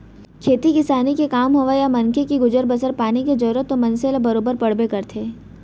खेती किसानी के काम होवय या मनखे के गुजर बसर पानी के जरूरत तो मनसे ल बरोबर पड़बे करथे